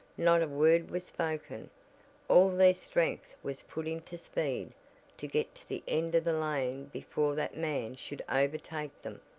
not a word was spoken all their strength was put into speed to get to the end of the lane before that man should overtake them!